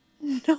No